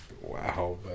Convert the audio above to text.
Wow